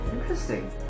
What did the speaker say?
Interesting